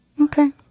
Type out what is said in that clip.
Okay